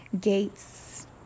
gates